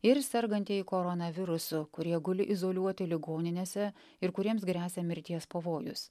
ir sergantieji koronavirusu kurie guli izoliuoti ligoninėse ir kuriems gresia mirties pavojus